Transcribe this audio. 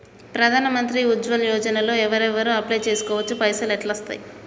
ప్రధాన మంత్రి ఉజ్వల్ యోజన లో ఎవరెవరు అప్లయ్ చేస్కోవచ్చు? పైసల్ ఎట్లస్తయి?